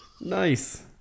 Nice